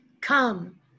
Come